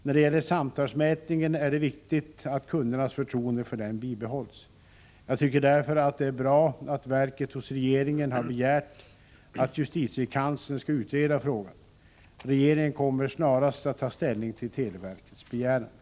När det gäller samtalsmätningen är det viktigt att kundernas förtroende för den bibehålls. Jag tycker därför att det är bra att verket hos regeringen har begärt att justitiekanslern skall utreda frågan. Regeringen kommer snarast att ta ställning till televerkets begäran.